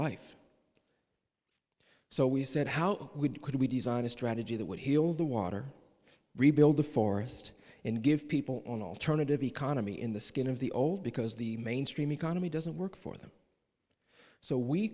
life so we said how could we design a strategy that would heal the water rebuild the forest and give people an alternative economy in the skin of the old because the mainstream economy doesn't work for them so we